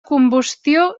combustió